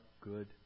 good